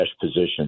position